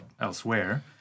elsewhere